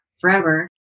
forever